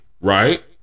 Right